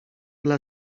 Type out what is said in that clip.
dla